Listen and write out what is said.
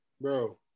Bro